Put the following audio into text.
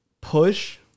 push